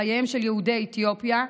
חייהם של יהודי אתיופיה,